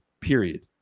period